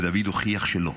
ודוד הוכיח שלא.